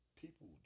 people